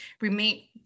remain